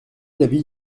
l’avis